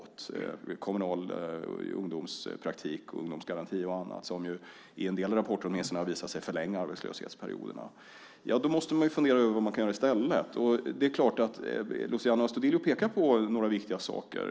Det var kommunal ungdomspraktik, ungdomsgaranti och annat, som åtminstone enligt en del rapporter har visat sig förlänga arbetslöshetsperioderna. Då måste man fundera över vad man kan göra i stället. Luciano Astudillo pekar på några viktiga saker.